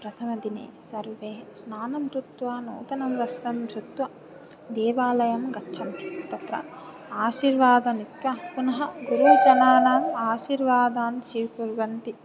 प्रथमदिने सर्वे स्नानं कृत्वा नूतनं वस्त्रं धृत्वा देवालयं गच्छन्ति तत्र आशीर्वादं नीत्वा पुनः गुरु जनानाम् आशीर्वादान् स्वीकुर्वन्ति